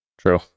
True